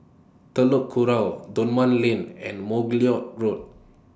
Telok Kurau Dunman Lane and Margoliouth Road